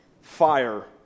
fire